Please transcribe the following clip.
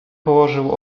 położył